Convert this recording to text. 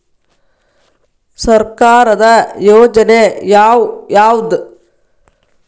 ಸರ್ಕಾರದ ಯೋಜನೆ ಯಾವ್ ಯಾವ್ದ್?